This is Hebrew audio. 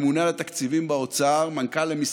ממונה על התקציבים באוצר,